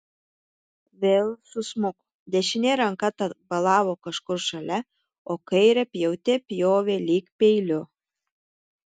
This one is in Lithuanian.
vėl susmuko dešinė ranka tabalavo kažkur šalia o kairę pjaute pjovė lyg peiliu